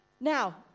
Now